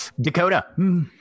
Dakota